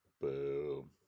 Boom